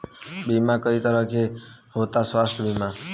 बीमा कई तरह के होता स्वास्थ्य बीमा?